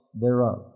thereof